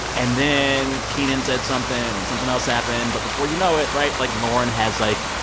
and then kenan said something. and something else happened. but before you know it right? like, lorne has, like,